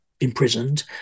Imprisoned